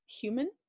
human